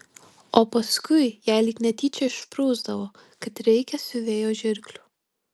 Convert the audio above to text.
o paskui jai lyg netyčia išsprūsdavo kad reikia siuvėjo žirklių